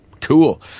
Cool